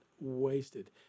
wasted